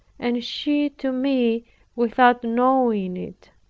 and she to me without knowing it.